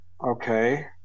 Okay